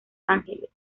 ángeles